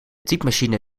typemachine